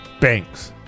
banks